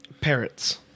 parrots